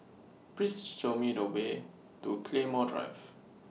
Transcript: Please Show Me The Way to Claymore Drive